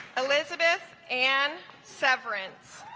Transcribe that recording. elizabeth and severance